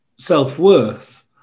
self-worth